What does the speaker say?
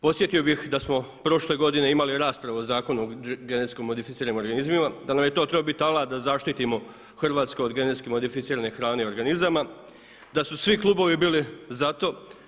Podsjetio bih da smo prošle godine imali raspravu o Zakonu o genetski modificiranim organizmima, da nam je to trebao biti alat da zaštitimo Hrvatsku od genetski modificirane hrane i organizama, da su svi klubovi bili za to.